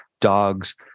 dogs